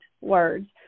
words